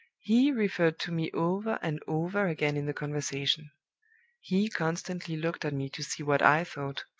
he referred to me over and over again in the conversation he constantly looked at me to see what i thought,